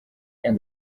and